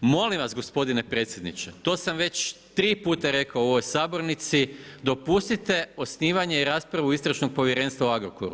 Molim vas gospodine predsjedniče, to sam već 3 puta rekao u ovoj sabornici, dopustite osnivanje i raspravu Istražnog povjerenstva u Agrokoru.